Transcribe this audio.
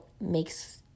makes